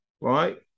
right